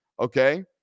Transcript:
okay